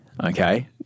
okay